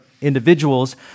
individuals